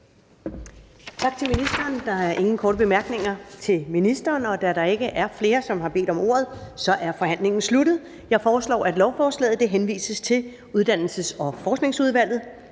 Tak til ministeren. Der er ingen korte bemærkninger til ministeren. Da der er ikke flere, som har bedt om ordet, er forhandlingen sluttet. Jeg foreslår, at lovforslaget henvises til Uddannelses- og Forskningsudvalget.